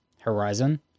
Horizon